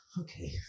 okay